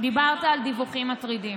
דיברת על דיווחים מטרידים.